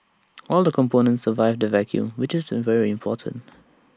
all the components survived the vacuum which is very important